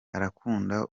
arakunda